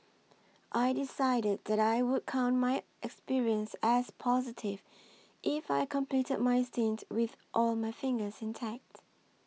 I decided that I would count my experience as positive if I completed my stint with all my fingers intact